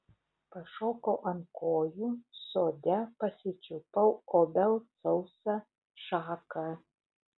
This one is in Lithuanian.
pašokau ant kojų sode pasičiupau obels sausą šaką